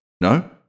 No